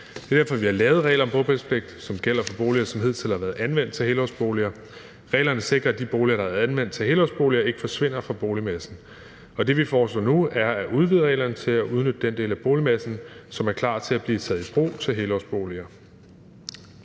Det er derfor, vi har lavet regler om bopælspligt, som gælder for boliger, som hidtil har været anvendt til helårsboliger. Reglerne sikrer, at de boliger, der har været anvendt til helårsboliger, ikke forsvinder fra boligmassen. Det, vi foreslår nu, er, at udvide reglerne til at udnytte den del af boligmassen, som er klar til at blive taget i brug, til helårsboliger.